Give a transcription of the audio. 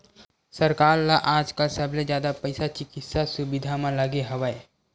सरकार ल आजकाल सबले जादा पइसा चिकित्सा सुबिधा म लगे हवय